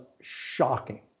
shocking